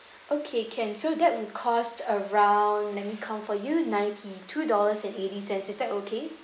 okay can so that would cost around let me count for you ninety-two dollars and eighty cents is that okay